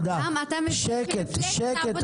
למה, מפלגת העבודה